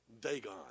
Dagon